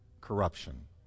corruption